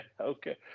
okay